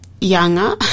younger